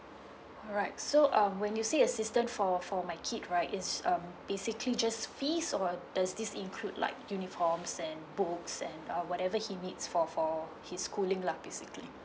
alright so um when you said assistance for for my kid right is um basically just fee or does this include like uniforms and books and uh whatever he need for for his schooling lah basically